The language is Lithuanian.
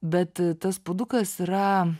bet tas puodukas yra